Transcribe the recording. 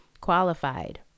qualified